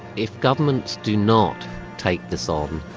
if governments do not take this on,